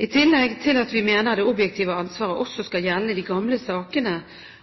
I tillegg mener vi det objektive ansvaret også skal gjelde de gamle sakene,